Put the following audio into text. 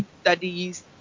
studies